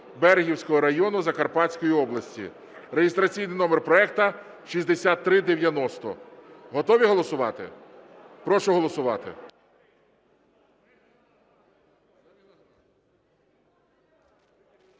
Ніжинського району Чернігівської області (реєстраційний номер проекту 6243). Готові голосувати? Прошу голосувати.